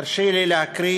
תרשה לי להקריא